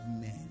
men